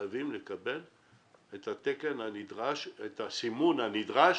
חייבים לקבל את סימון התקן הנדרש